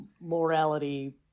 morality